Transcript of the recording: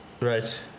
Right